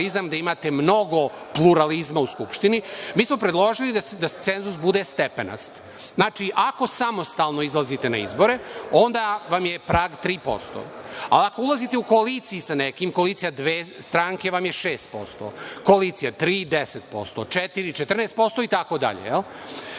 gde imate mnogo pluralizma u Skupštini, mi smo predložili da cenzus bude stepenast. Znači, ako samostalno izlazite na izbore, onda vam je prag 3%, a ako ulazite u koaliciju sa nekim, koalicija dve stranke vam je 6%, koalicija tri stranke 10%, četiri 14%